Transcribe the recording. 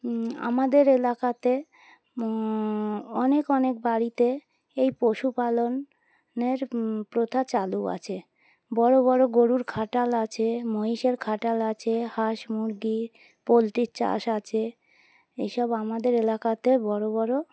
আমাদের এলাকাতে অনেক অনেক বাড়িতে এই পশুপালনের প্রথা চালু আছে বড় বড় গরুর খাটাল আছে মহিষের খাটাল আছে হাঁস মুরগি পোলট্রির চাষ আছে এইসব আমাদের এলাকাতে বড় বড়